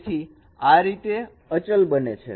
તેથી આ રીતે તે અચલ બને છે